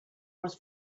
was